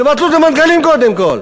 תבטלו את המנכ"לים קודם כול.